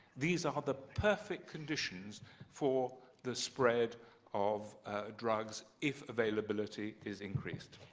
these are the perfect conditions for the spread of drugs if availability is increased.